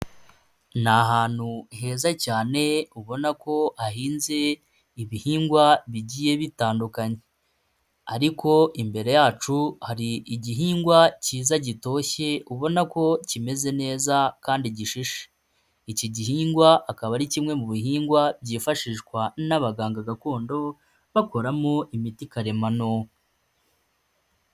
Ni ahantu heza cyane, ubona ko hahinze ibihingwa bigiye bitandukanye, ariko imbere yacu hari igihingwa cyiza gitoshye, ubona ko kimeze neza kandi gishishe. Iki gihingwa akaba ari kimwe mu bihingwa byifashishwa n'abaganga gakondo, bakoramo imiti karemano.